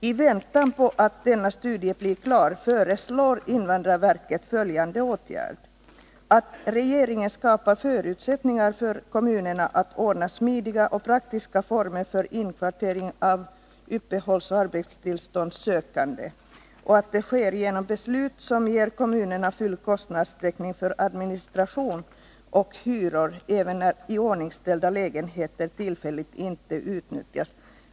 I väntan på att denna studie blir klar föreslår invandrarverket bl.a. följande åtgärd: att regeringen skapar förutsättningar för kommunerna att ordna smidiga och praktiska former för inkvartering av uppehållsoch arbetstillståndssökande och att det sker genom beslut som ger kommunerna full kostnadstäckning för administration och hyror även när iordningställda lägenheter tillfälligt inte utnyttjas.